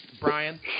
Brian